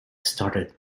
started